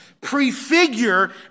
prefigure